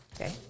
Okay